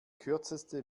kürzeste